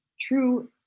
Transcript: true